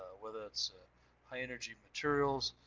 whether that's high energy materials.